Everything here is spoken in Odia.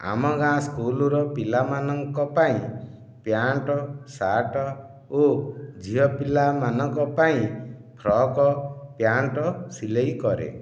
ଆମ ଗାଁ ସ୍କୁଲର ପିଲାମାନଙ୍କ ପାଇଁ ପ୍ୟାଣ୍ଟ ସାର୍ଟ ଓ ଝିଅପିଲାମାନଙ୍କ ପାଇଁ ଫ୍ରକ ପ୍ୟାଣ୍ଟ ସିଲେଇ କରେ